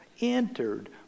entered